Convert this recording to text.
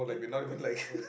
eh eh I thought my uh